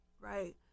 right